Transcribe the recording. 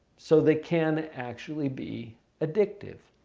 so, they can actually be addictive.